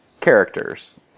characters